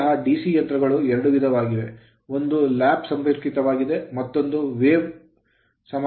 ಮೂಲತಃ DC ಯಂತ್ರಗಳು ಎರಡು ವಿಧವಾಗಿವೆ ಒಂದು lap ಲ್ಯಾಪ್ ಸಂಪರ್ಕಿತವಾಗಿದೆ ಮತ್ತೊಂದು wave ತರಂಗ